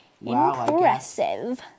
Impressive